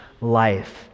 life